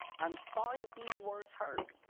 i'm sorry if these words hurt.